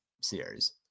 series